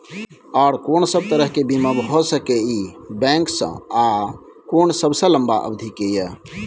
आर कोन सब तरह के बीमा भ सके इ बैंक स आ कोन सबसे लंबा अवधि के ये?